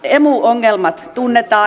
emu ongelmat tunnetaan